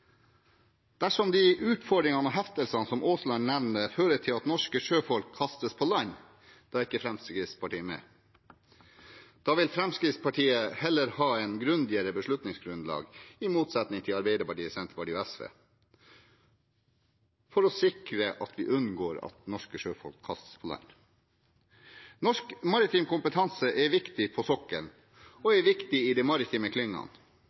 Dersom utfordringene og heftelsene som representanten Aasland nevnte, fører til at norske sjøfolk kastes på land, er ikke Fremskrittspartiet med. Da vil Fremskrittspartiet – i motsetning til Arbeiderpartiet, Senterpartiet og SV – heller ha et grundigere beslutningsgrunnlag for å sikre at vi unngår at norske sjøfolk kastes på land. Norsk maritim kompetanse er viktig på sokkelen og i de maritime klyngene.